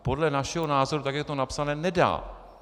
Podle našeho názoru, tak jak je to napsané, nedá!